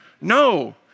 No